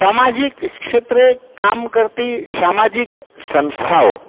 સામાજિક ક્ષેત્રે કામ કરતી સામાજિક સંસ્થાઓ